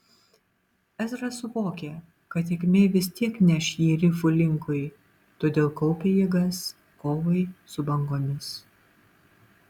ezra suvokė kad tėkmė vis tiek neš jį rifų linkui todėl kaupė jėgas kovai su bangomis